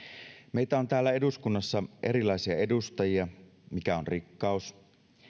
meitä on täällä eduskunnassa erilaisia edustajia mikä on rikkaus